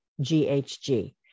GHG